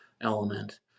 element